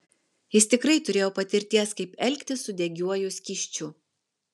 jis tikrai turėjo patirties kaip elgtis su degiuoju skysčiu